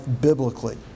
biblically